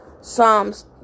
Psalms